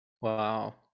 wow